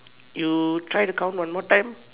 you try to count one more time